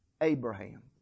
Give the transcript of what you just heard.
Abraham